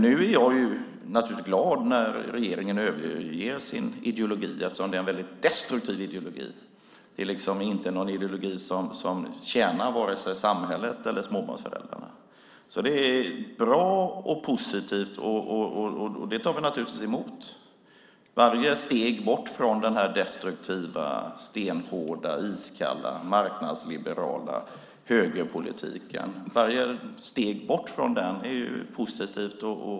Nu är jag naturligtvis glad att regeringen överger sin ideologi, eftersom det är en väldigt destruktiv ideologi som inte tjänar vare sig samhället eller småbarnsföräldrarna. Det är bra och positivt, och det tar vi naturligtvis emot. Varje steg bort från den destruktiva, stenhårda, iskalla, marknadsliberala högerpolitiken är positivt.